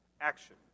action